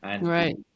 Right